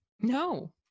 no